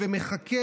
ומחכה,